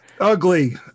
Ugly